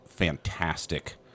Fantastic